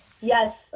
Yes